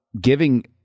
Giving